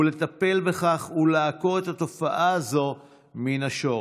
לטפל בכך ולעקור את התופעה הזאת מן השורש.